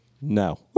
no